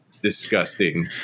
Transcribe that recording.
disgusting